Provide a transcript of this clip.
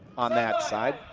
on that side.